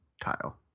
tile